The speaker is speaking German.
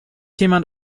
jemand